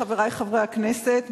חברי חברי הכנסת,